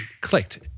clicked